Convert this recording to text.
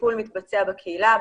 כשהטיפול מתבצע בקהילה,